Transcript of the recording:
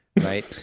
right